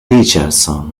richardson